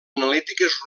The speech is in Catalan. analítiques